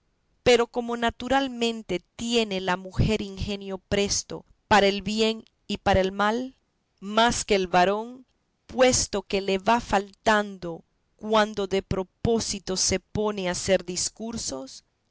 pero como naturalmente tiene la mujer ingenio presto para el bien y para el mal más que el varón puesto que le va faltando cuando de propósito se pone a hacer discursos